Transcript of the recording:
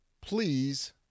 please